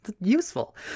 Useful